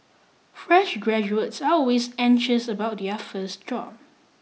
fresh graduates are always anxious about their first job